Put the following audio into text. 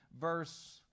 verse